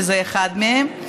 וזה אחד מהם.